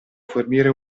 fornire